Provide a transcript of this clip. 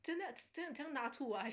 isn't that 怎么样拿出来